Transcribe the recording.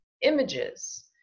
images